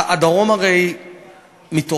הדרום הרי מתעורר,